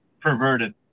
perverted